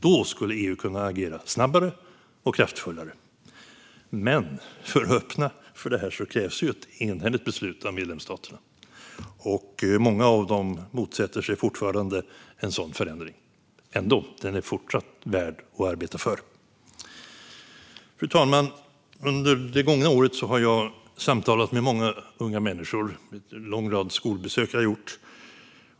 Då skulle EU kunna agera snabbare och kraftfullare. Men för att öppna för detta krävs det ett enhälligt beslut från medlemsstaterna. Och många av dem motsätter sig fortfarande en sådan förändring. Men den är fortsatt värd att arbeta för. Fru talman! Under det gångna året har jag samtalat med många unga människor vid en lång rad skolbesök som jag har gjort.